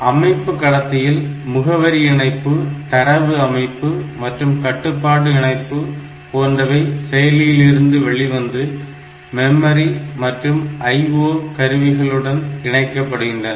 அமைப்பு கடத்தியில் முகவரி இணைப்பு தரவு இணைப்பு மற்றும் கட்டுப்பாட்டு இணைப்பு போன்றவை செயலியிலிருந்து வெளிவந்து மெமரி மற்றும் IO கருவிகளை IO devices இணைக்கின்றன